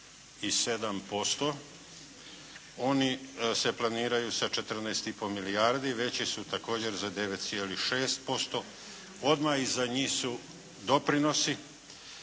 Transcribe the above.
57%. Oni se planiraju sa 14 i po milijardi. Veći su također za 9,6%. Odmah iza njih su doprinosi